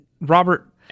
Robert